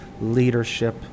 leadership